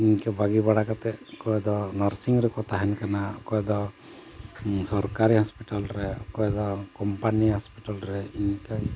ᱤᱱᱠᱟᱹ ᱵᱟᱹᱜᱤ ᱵᱟᱲᱟ ᱠᱟᱛᱮᱫ ᱚᱠᱚᱭ ᱫᱚ ᱱᱟᱨᱥᱤᱝ ᱨᱮᱠᱚ ᱛᱟᱦᱮᱱ ᱠᱟᱱᱟ ᱚᱠᱚᱭ ᱫᱚ ᱥᱚᱨᱠᱟᱨᱤ ᱦᱚᱸᱥᱯᱤᱴᱟᱞ ᱨᱮ ᱚᱠᱚᱭ ᱫᱚ ᱠᱳᱢᱯᱟᱱᱤ ᱦᱚᱸᱥᱯᱤᱴᱟᱞ ᱨᱮ ᱤᱱᱠᱟᱹ